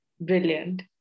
brilliant